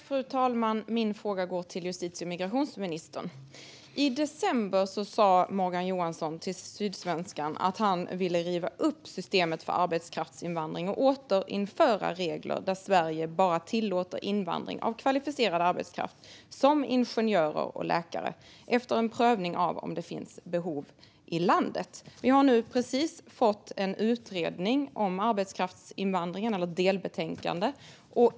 Fru talman! Min fråga går till justitie och migrationsministern. I december sa Morgan Johansson till Sydsvenskan att han ville riva upp systemet för arbetskraftsinvandring och återinföra regler där Sverige bara tillåter invandring av kvalificerad arbetskraft, som ingenjörer och läkare, efter en prövning av om det finns behov i landet. Vi har nu precis fått ett delbetänkande från en utredning om arbetskraftsinvandring.